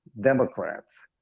Democrats